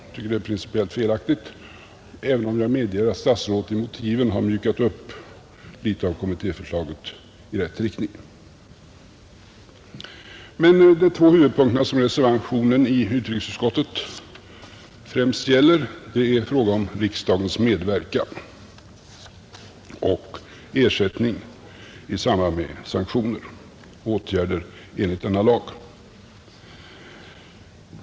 Jag tycker det är principiellt felaktigt, även om jag medger att statsrådet i motiven har mjukat upp litet av kommittéförslaget i rätt riktning. Men de två huvudpunkterna som reservationen i utrikesutskottets betänkande främst gäller är frågan om riksdagens medverkan och frågan om ersättning i samband med sanktioner och åtgärder enligt denna lag.